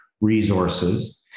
Resources